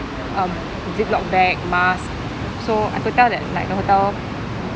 um zip lock bag mask so I could tell that like the hotel